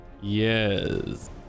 Yes